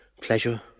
Pleasure